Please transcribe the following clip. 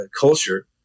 culture